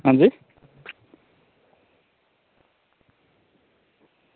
अंजी